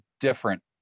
different